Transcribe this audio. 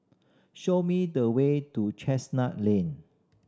show me the way to Chestnut Lane